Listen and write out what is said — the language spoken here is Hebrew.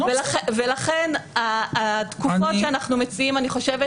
ולכן התקופות שאנחנו מציעים אני חושבת